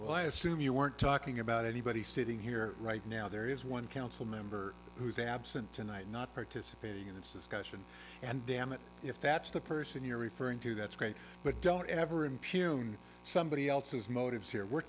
why i assume you weren't talking about anybody sitting here right now there is one council member who is absent tonight not participating in this discussion and damn it if that's the person you're referring to that's great but don't ever unpure on somebody else's motives here we're